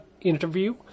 interview